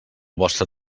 vostre